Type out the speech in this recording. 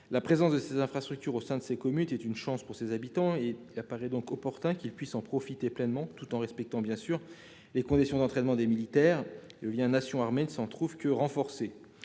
La présence de ces infrastructures au sein de ces communes est une chance pour les habitants. Il apparaît donc opportun qu'ils puissent en profiter pleinement tout en respectant, bien sûr, les conditions d'entraînement des militaires. Le lien Nation-armée n'en sortirait que renforcé.